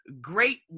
great